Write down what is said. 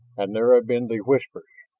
and there have been the whispers